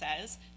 says